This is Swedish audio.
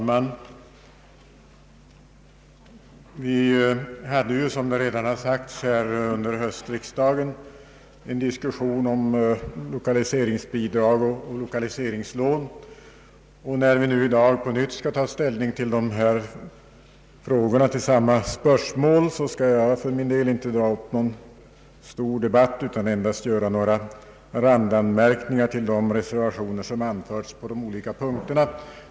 Herr talman! Som redan sagts här hade vi under höstriksdagen en diskussion om lokaliseringsbidrag och lokaliseringslån. När vi i dag på nytt skall ta ställning till samma spörsmål, vill jag för min del inte dra upp någon stor debatt utan skall endast göra några randanmärkningar till de reservationer som anförts på de olika punkterna.